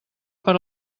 per